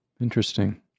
Interesting